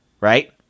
right